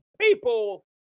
people